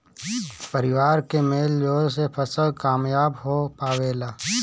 परिवार के मेल जोल से फसल कामयाब हो पावेला